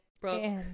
Brooke